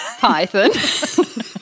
Python